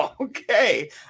Okay